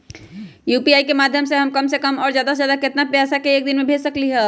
UPI के माध्यम से हम कम से कम और ज्यादा से ज्यादा केतना पैसा एक दिन में भेज सकलियै ह?